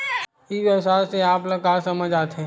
ई व्यवसाय से आप ल का समझ आथे?